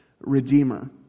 redeemer